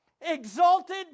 exalted